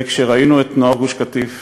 וכשראינו את נוער גוש-קטיף